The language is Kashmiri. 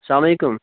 سلام وعلیکُم